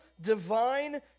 divine